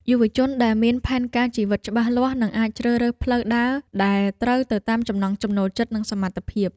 យុវជនដែលមានផែនការជីវិតច្បាស់លាស់នឹងអាចជ្រើសរើសផ្លូវដើរដែលត្រូវទៅតាមចំណង់ចំណូលចិត្តនិងសមត្ថភាព។